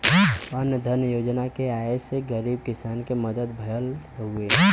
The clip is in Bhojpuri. अन्न धन योजना के आये से गरीब किसान के मदद भयल हउवे